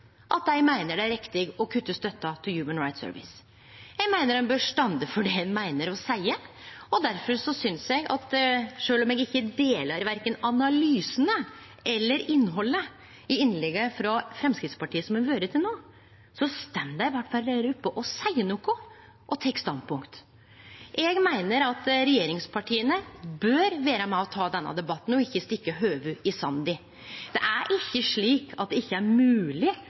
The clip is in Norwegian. at dei meiner det er riktig å kutte støtta til Human Rights Service? Eg meiner ein bør stå for det ein meiner og seier, og sjølv om eg verken deler analysane eller innhaldet i dei innlegga frå Framstegspartiet som har vore til no, står dei i alle fall her oppe og seier noko og tek standpunkt. Eg meiner at regjeringspartia bør vere med og ta denne debatten og ikkje stikke hovudet i sanden. Det er ikkje slik at det ikkje er